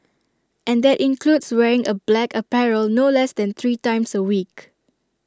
and that includes wearing A black apparel no less than three times A week